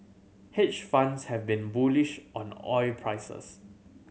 hedge funds have been bullish on oil prices